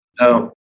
No